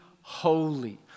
holy